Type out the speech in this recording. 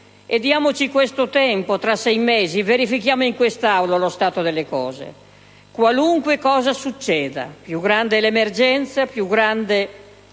senatrice Bonino, e tra sei mesi verifichiamo in quest'Aula lo stato delle cose, qualunque cosa succeda. Più grande è l'emergenza, più grande